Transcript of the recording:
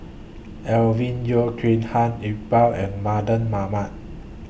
Alvin Yeo Khirn Hai Iqbal and Mardan Mamat